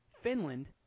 Finland